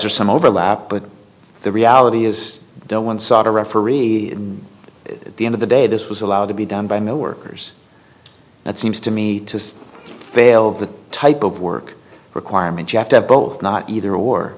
there's some overlap but the reality is don't one sought a referee at the end of the day this was allowed to be done by mill workers and it seems to me to fail of the type of work requirement you have to have both not either a war